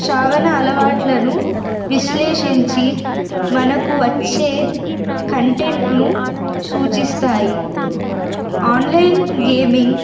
శావన అలవాట్లను విశ్లేషించి మనకు వచ్చే కంటెంట్ను సూచిస్తాయి ఆన్లైన్ గేమింగ్